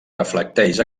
reflecteix